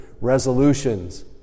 resolutions